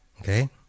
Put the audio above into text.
okay